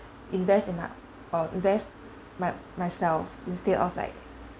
invest in my or invest my myself instead of like